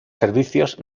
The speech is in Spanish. servicios